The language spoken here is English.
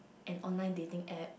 an online dating app